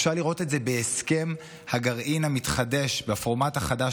אפשר לראות את זה בהסכם הגרעין המתחדש בפורמט החדש,